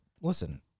listen